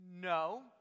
no